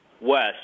west